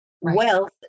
Wealth